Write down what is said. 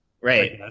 Right